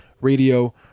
radio